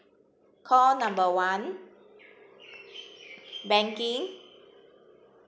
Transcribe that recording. call number one banking